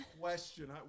question